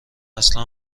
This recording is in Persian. اصلا